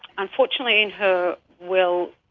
unfortunately in her will,